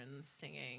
singing